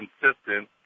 consistent